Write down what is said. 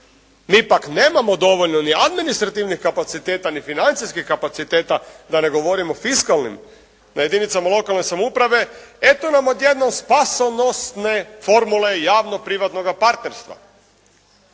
mi pak nemamo dovoljno ni administrativnih kapaciteta ni financijskih kapaciteta, da ne govorim o fiskalnim na jedinicama lokalne samouprave. Eto nam odjednom spasonosne formule javno privatnoga partnerstva